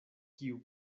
kiu